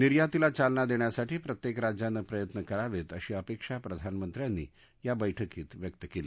निर्यातीला चालना दष्ट्रासाठी प्रत्यक्तिराज्यानं प्रयत्न करावत्तिअशी अपक्षी प्रधानमंत्र्यांनी या बैठकीत व्यक्त कली